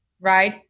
right